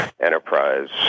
enterprise